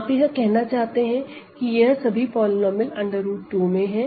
आप यह कहना चाहते हैं कि यह सभी पॉलीनोमिअल √ 2 में है